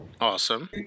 Awesome